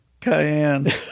Cayenne